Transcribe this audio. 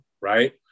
right